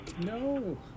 no